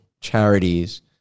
charities